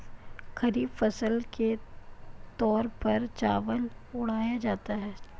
खरीफ फसल के तौर पर चावल उड़ाया जाता है